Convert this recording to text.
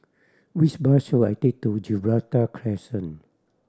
which bus should I take to Gibraltar Crescent